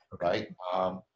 right